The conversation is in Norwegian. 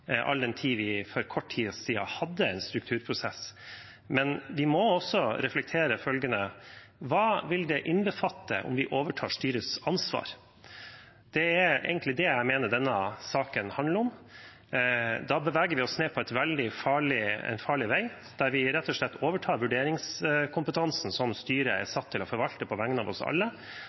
all den tid vi for kort tid siden hadde en strukturprosess, men vi må også reflektere over følgende: Hva vil det innbefatte hvis vi overtar styrets ansvar? Det er egentlig det jeg mener denne saken handler om. Da beveger vi oss på en veldig farlig vei, der vi rett og slett overtar vurderingskompetansen som styret er satt til å forvalte på vegne av oss alle,